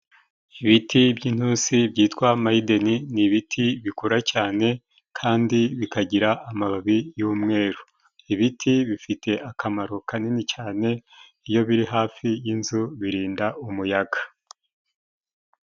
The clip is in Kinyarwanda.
Ibiti by'intusi byitwa mayideni ni ibiti bikura cyane kandi bikagira amababi y'umweru. Ibiti bifite akamaro kanini cyane iyo biri hafi yinzu birinda umuyaga.